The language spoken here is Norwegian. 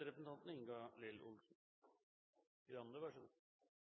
representanten